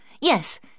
Yes